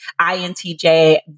INTJ